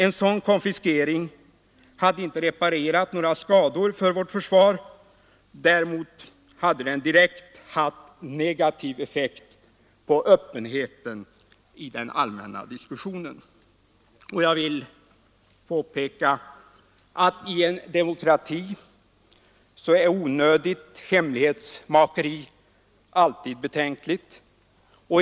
En sådan konfiskering hade inte reparerat några skador för vårt försvar, däremot hade den direkt haft negativ effekt på öppenheten i den allmänna diskussionen. I en demokrati är onödigt hemlighetsmakeri alltid betänkligt.